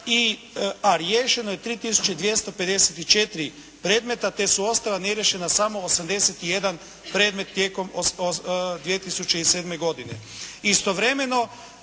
a riješeno je 3254 predmeta te su ostala neriješena samo 81 predmet tijekom 2007. godine.